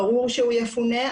ברור שהוא יפונה,